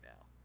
now